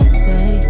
say